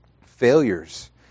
failures